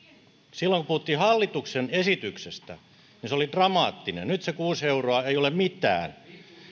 silloin kun puhuttiin hallituksen esityksestä niin se oli dramaattinen nyt se kuusi euroa ei ole mitään